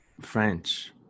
French